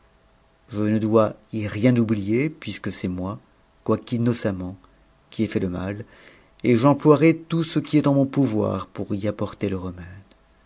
je ne dois y rien oublier puisque c'est moi quoique innocemment qui ai fait le mal et j'emploierai tout ce qui est en mou po voir pour y apporter le remède